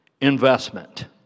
investment